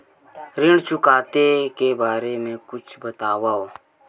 ऋण चुकौती के बारे मा कुछु बतावव?